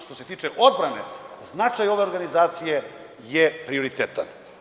Što se tiče odbrane, značaj ove organizacije je prioritetan.